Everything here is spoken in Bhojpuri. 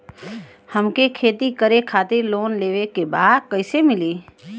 हमके खेती करे खातिर लोन लेवे के बा कइसे मिली?